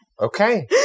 Okay